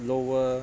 lower